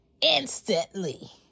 instantly